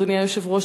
אדוני היושב-ראש,